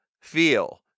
feel